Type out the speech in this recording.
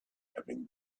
having